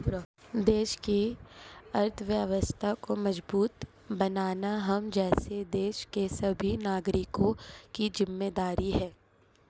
देश की अर्थव्यवस्था को मजबूत बनाना हम जैसे देश के सभी नागरिकों की जिम्मेदारी है